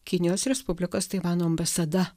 kinijos respublikos taivano ambasada